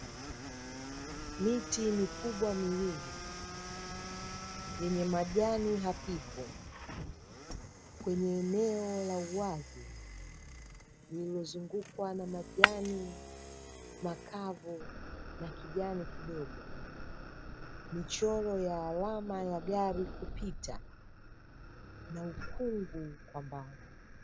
Miti mikubwa miwili, yenye majani hafifu kwenye eneo la uwazi lililozungukwa na majani makavu na kijani kidogo, michoro ya alama ya gari kupita na ukungu kwa mbali.